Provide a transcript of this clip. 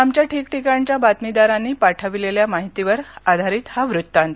आमच्या ठिकठिकाणच्या बातमीदारांनी पाठविलेल्या माहितीवर आधारित हा वृत्तांत